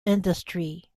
industry